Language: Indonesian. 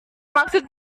maksud